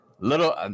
little